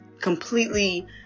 completely